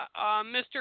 Mr